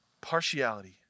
partiality